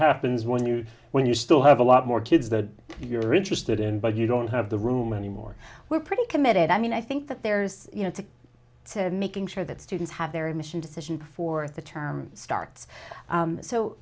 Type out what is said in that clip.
happens when you win you still have a lot more kids that you're interested in but you don't have the room anymore we're pretty committed i mean i think that there's you know to to making sure that students have their admission decision for the term starts